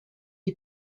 est